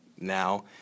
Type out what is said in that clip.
now